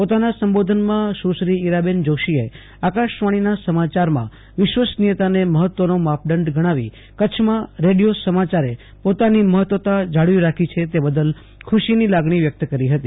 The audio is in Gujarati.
પોતાના સંબીધનમાં ઇરાબેન જોશીએ આકાશવાણીના સમાચારમાં વિશ્વસનીયતાને મહત્વનો માપદંડ ગણાવી કરછમાં રેડિયો સમાચારે પોતાની મહત્વતા જાળવી રાખી છે તે બદલ ખુશીની લાગણી વ્યક્ત કરી હતી